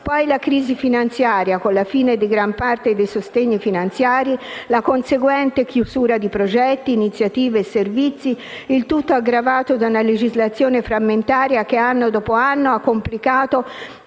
la crisi finanziaria, con la fine di gran parte dei sostegni finanziari, la conseguente chiusura di progetti, iniziative e servizi, il tutto aggravato da una legislazione frammentaria che, anno dopo anno, ha complicato